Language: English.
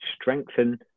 strengthen